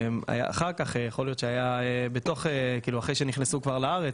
אחר כך יכול להיות שזה היה אחרי שהם נכנסו לארץ,